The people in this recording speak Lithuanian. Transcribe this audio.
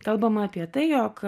kalbama apie tai jog